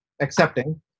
accepting